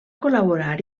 col·laborar